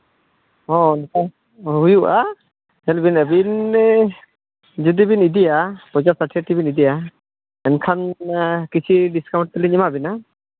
ᱦᱮᱸ ᱦᱩᱭᱩᱜᱼᱟ ᱧᱮᱞ ᱵᱤᱱ ᱟᱹᱵᱤᱱ ᱡᱩᱫᱤ ᱵᱤᱱ ᱤᱫᱤᱭᱟ ᱛᱮᱵᱤᱱ ᱤᱫᱤᱭᱟ ᱮᱱᱠᱷᱟᱱ ᱠᱤᱪᱷᱤ ᱰᱤᱥᱠᱟᱣᱩᱱᱴ ᱞᱤᱧ ᱮᱢᱟ ᱵᱤᱱᱟ